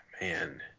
Man